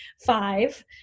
five